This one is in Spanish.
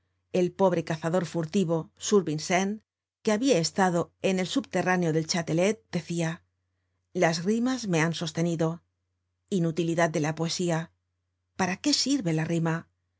el pobre cazador furtivo survincent que habia estado en el subterráneo del chatelet decia las rimas me han sostenido inutilidad de la poesía para qué sirve la rima